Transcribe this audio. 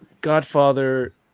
Godfather